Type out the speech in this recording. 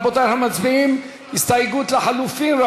רבותי, אנחנו מצביעים על הסתייגות לחלופין.